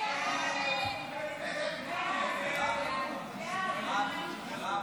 הסתייגות 17 לא נתקבלה.